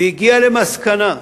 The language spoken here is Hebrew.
והגיע למסקנה,